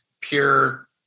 pure